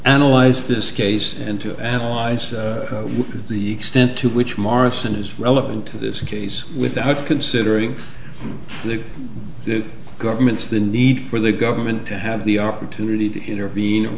analyze this case and to analyze the extent to which morrison is relevant to this case without considering the government's the need for the government to have the opportunity to intervene